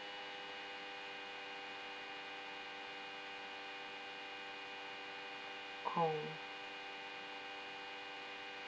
oh